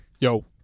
yo